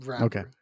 Okay